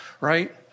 right